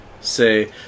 say